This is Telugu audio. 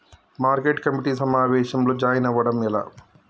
మార్కెట్ కమిటీ సమావేశంలో జాయిన్ అవ్వడం ఎలా?